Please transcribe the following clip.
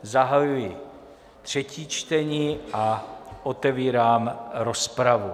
Zahajuji třetí čtení a otevírám rozpravu.